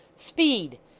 speed!